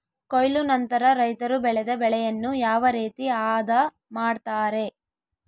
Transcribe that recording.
ಕೊಯ್ಲು ನಂತರ ರೈತರು ಬೆಳೆದ ಬೆಳೆಯನ್ನು ಯಾವ ರೇತಿ ಆದ ಮಾಡ್ತಾರೆ?